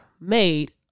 made